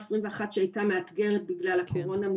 2021 שהייתה מאתגרת בגלל הקורונה,